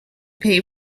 pay